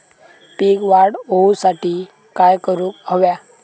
पीक वाढ होऊसाठी काय करूक हव्या?